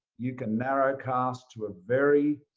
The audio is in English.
you can narrowcast to a very